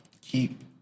Keep